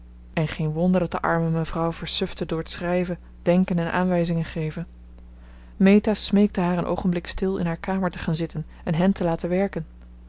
en geen wonder dat de arme mevrouw versufte door t schrijven denken en aanwijzingen geven meta smeekte haar een oogenblik stil in haar kamer te gaan zitten en hen te laten werken